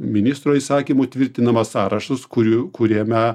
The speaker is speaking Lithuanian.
ministro įsakymu tvirtinamas sąrašas kurių kuriame